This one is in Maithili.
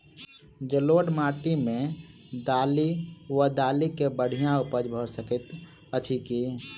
जलोढ़ माटि मे दालि वा दालि केँ बढ़िया उपज भऽ सकैत अछि की?